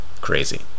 Crazy